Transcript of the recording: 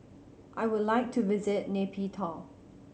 I would like to visit Nay Pyi Taw